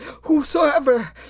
Whosoever